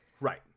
Right